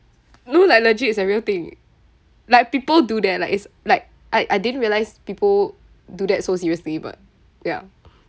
no like legit is a real thing like people do that like is like I I didn't realise people do that so seriously but ya